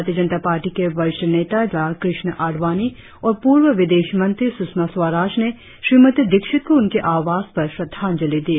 भारतीय जनता पार्टी के वरिष्ठ नेता लाल कृष्ण आडवाणी और प्रर्व विदेशमंत्री सुषमा स्वराज ने श्रीमती दीक्षित को उनके आवास पर श्रद्धांजलि दी